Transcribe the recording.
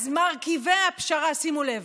אז מרכיבי הפשרה, שימו לב,